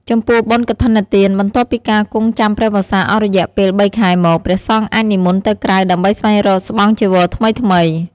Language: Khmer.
ចំពោះបុណ្យកឋិនទាន បន្ទាប់ពីការគង់ចាំព្រះវស្សាអស់រយៈពេល៣ខែមក ព្រះសង្ឃអាចនិមន្ដទៅក្រៅដើម្បីស្វែងរកស្បង់ចីវរថ្មីៗ ។